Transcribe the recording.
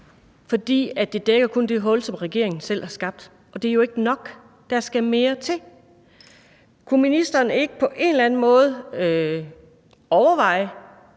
Fordi det kun dækker det hul, som regeringen selv har skabt, og det er jo ikke nok. Der skal mere til. Kunne ministeren ikke på en eller anden måde overveje,